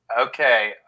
Okay